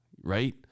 right